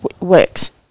works